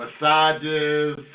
Massages